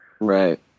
Right